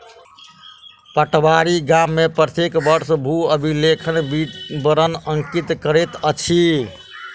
पटवारी गाम में प्रत्येक वर्ष भू अभिलेखक विवरण अंकित करैत अछि